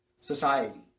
society